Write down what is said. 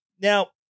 Now